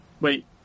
wait